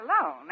alone